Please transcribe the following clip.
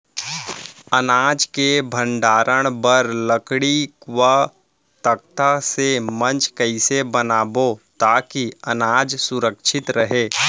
अनाज के भण्डारण बर लकड़ी व तख्ता से मंच कैसे बनाबो ताकि अनाज सुरक्षित रहे?